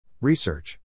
Research